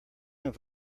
have